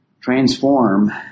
transform